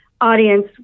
audience